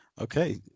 Okay